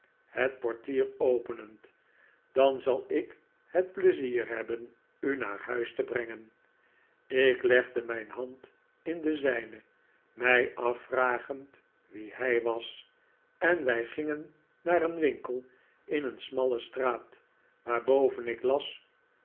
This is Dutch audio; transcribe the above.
het portier openend dan zal ik het pleizier hebben u naar huis te brengen ik legde mijn hand in de zijne mij afvragend wie hij was en wij gingen naar een winkel in een smalle straat waarboven ik las